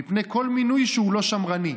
מפני כל מינוי שהוא לא שמרני.